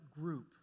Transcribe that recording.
group